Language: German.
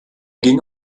ging